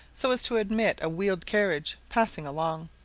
so as to admit a wheeled carriage passing along.